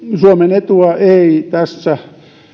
suomen etua eivät tässä